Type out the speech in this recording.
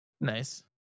Nice